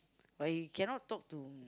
but he cannot talk to